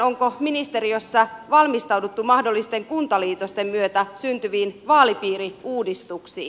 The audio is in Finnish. onko ministeriössä valmistauduttu mahdollisten kuntaliitosten myötä syntyviin vaalipiiriuudistuksiin